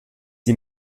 die